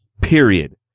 period